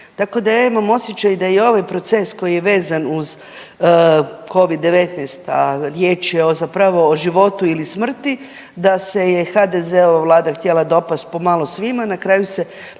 Tako da ja imam osjećaj da je i ovaj proces koji je vezan uz Covid-19. a riječ je zapravo o životu ili smrti da se je HDZ-ova vlada htjela dopasti po malo svima, na kraju se bojim